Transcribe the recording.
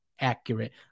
accurate